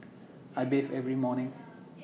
I bathe every morning